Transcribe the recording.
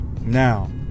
now